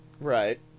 Right